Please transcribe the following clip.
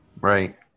Right